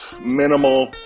minimal